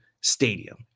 stadium